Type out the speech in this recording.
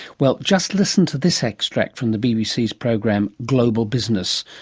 well, just listen to this extract from the bbc's program global business,